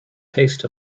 taste